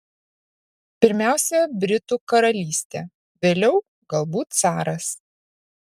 pirmiausia britų karalystė vėliau galbūt caras